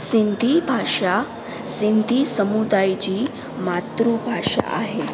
सिंधी भाषा सिंधी समुदाय जी मातृभाषा आहे